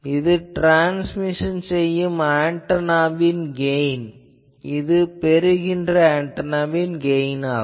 இது ட்ரான்ஸ்மிஷன் செய்யும் ஆன்டெனாவின் கெயின் மற்றும் இது பெறுகின்ற ஆன்டெனாவின் கெயின் ஆகும்